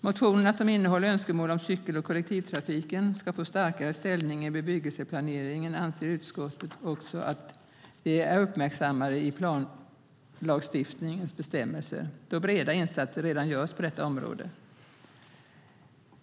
Motionerna som innehåller önskemål om att cykel och kollektivtrafiken ska få starkare ställning i bebyggelseplaneringen anser utskottet är uppmärksammade i planlagstiftningens bestämmelser, då breda insatser redan görs på detta område.